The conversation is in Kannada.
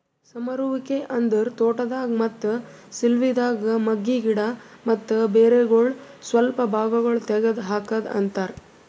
ಸಮರುವಿಕೆ ಅಂದುರ್ ತೋಟದಾಗ್, ಮತ್ತ ಸಿಲ್ವಿದಾಗ್ ಮಗ್ಗಿ, ಗಿಡ ಮತ್ತ ಬೇರಗೊಳ್ ಸ್ವಲ್ಪ ಭಾಗಗೊಳ್ ತೆಗದ್ ಹಾಕದ್ ಅಂತರ್